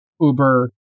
Uber